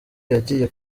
yagiye